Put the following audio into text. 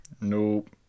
Nope